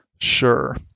sure